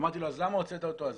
אמרתי לו: אז למה הוצאת אותו אזוק?